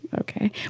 Okay